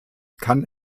kann